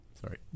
sorry